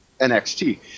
NXT